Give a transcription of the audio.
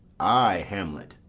ay, hamlet.